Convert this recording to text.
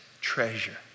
treasure